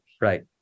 Right